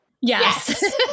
Yes